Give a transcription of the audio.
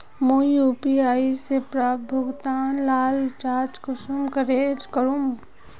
मुई यु.पी.आई से प्राप्त भुगतान लार जाँच कुंसम करे करूम?